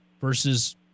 versus